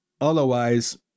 Otherwise